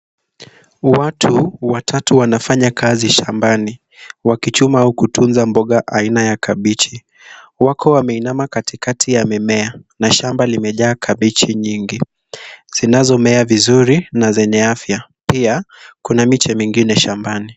Watu watatu wanafanya kazi shambani, wakichuma au kutunza mboga aina ya kabichi. Wako wameinama katikati ya mimea, na shamba limejaa kabichi nyingi zinazomea vizuri na zenye afya. Pia kuna miche mingine shambani.